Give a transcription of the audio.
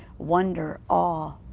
wonder, awe,